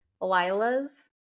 Lila's